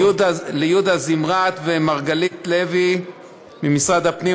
ליהודה זמרת ומרגלית לוי ממשרד הפנים,